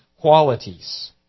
qualities